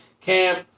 camp